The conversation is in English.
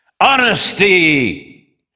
Honesty